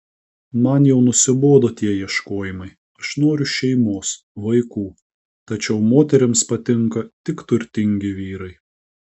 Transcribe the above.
man jau nusibodo tie ieškojimai aš noriu šeimos vaikų tačiau moterims patinka tik turtingi vyrai